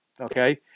Okay